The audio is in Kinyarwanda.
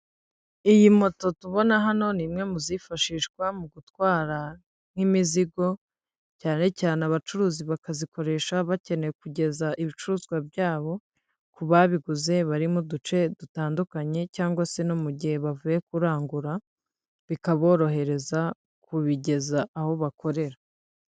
Iyi moto tubona hano, n'imwe mu zifashishwa mu gutwara nk'imizigo cyane cyane abacuruzi bakazikoresha bakeneye kugeza ibicuruzwa byabo ku babiguze, barimo uduce dutandukanye cyangwa se no mu gihe bavuye kurangura bikaborohereza kubigeza aho bakorera.